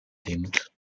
deemed